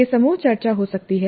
यह समूह चर्चा हो सकती है